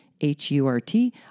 H-U-R-T